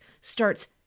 starts